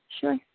sure